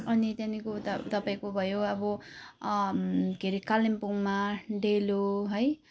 अनि त्यहाँनिरको उता तपाईँको भयो अब के अरे कालिम्पोङमा डेलो है